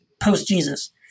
Post-Jesus